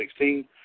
2016